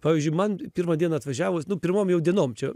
pavyzdžiui man pirmą dieną atvažiavus pirmom jau dienom čia